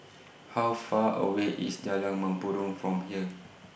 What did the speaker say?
How Far away IS Jalan Mempurong from here